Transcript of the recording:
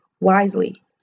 wisely